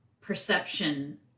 perception